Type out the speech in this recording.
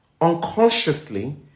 unconsciously